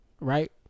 Right